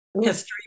History